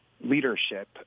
leadership